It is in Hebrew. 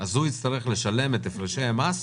אנחנו נראה איך מנסחים.